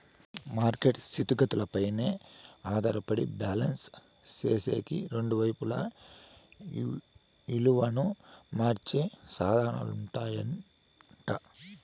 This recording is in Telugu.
మార్కెట్ స్థితిగతులపైనే ఆధారపడి బ్యాలెన్స్ సేసేకి రెండు వైపులా ఇలువను మార్చే సాధనాలుంటాయట